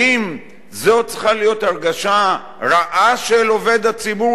האם צריכה להיות הרגשה רעה של עובד הציבור,